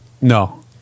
No